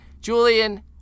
Julian